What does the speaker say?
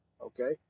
okay